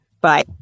bye